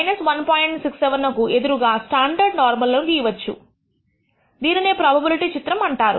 67 నకు ఎదురుగా standard normal లను గీయవచ్చు దీనినే ప్రోబబిలిటీ చిత్రము అంటారు